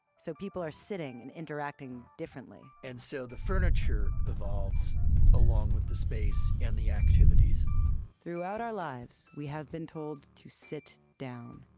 so people are sitting and interacting differently and so the furniture evolves along with the space and the activities throughout our lives, we have been told to sit down.